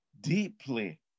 deeply